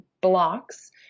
blocks